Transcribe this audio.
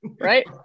Right